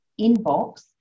inbox